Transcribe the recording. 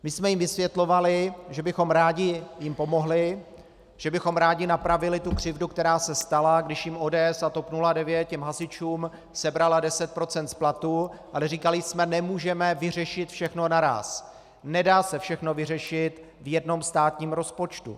My jsme jim vysvětlovali, že bychom jim rádi pomohli, že bychom rádi napravili tu křivdu, která se stala, když jim ODS a TOP 09, těm hasičům, sebrala 10 % z platu, ale říkali jsme: Nemůžeme vyřešit všechno naráz, nedá se všechno vyřešit v jednom státním rozpočtu.